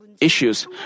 issues